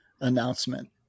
announcement